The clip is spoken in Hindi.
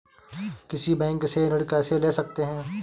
किसी बैंक से ऋण कैसे ले सकते हैं?